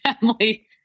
family